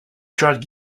drug